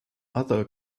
other